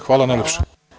Hvala najlepše.